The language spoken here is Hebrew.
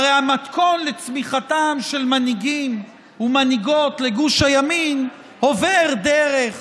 הרי המתכון לצמיחתם של מנהיגים ומנהיגות לגוש הימין עובר דרך